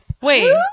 Wait